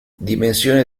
dimensioni